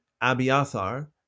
Abiathar